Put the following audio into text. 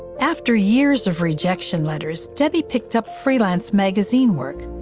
after years of rejection letters, debbie picked up freelance magazine work.